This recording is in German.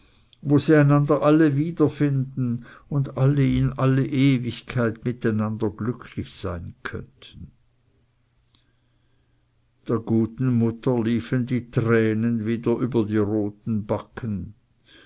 wo sie einander alle wiederfinden und alle in alle ewigkeit miteinander glücklich sein könnten der guten mutter liefen die tränen wieder über die roten backen